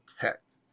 Protect